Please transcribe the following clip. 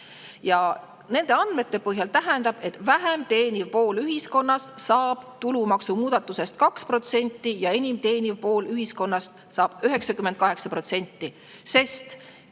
Ja nende andmete põhjal saab vähem teeniv pool ühiskonnast tulumaksumuudatusest 2% ja enim teeniv pool ühiskonnast 98%, sest